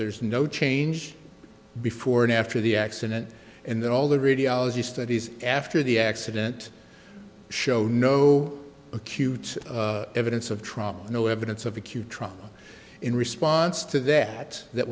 there is no change before and after the accident and then all the radiology studies after the accident show no acute evidence of trauma no evidence of acute trauma in response to that that